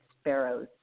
sparrows